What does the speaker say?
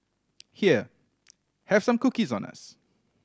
here have some cookies on us